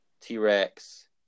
T-Rex